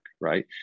right